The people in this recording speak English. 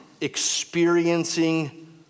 Experiencing